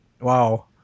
Wow